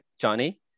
Johnny